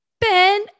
Ben